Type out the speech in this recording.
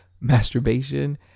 masturbation